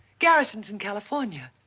garrison's in california.